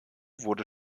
wurde